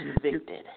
convicted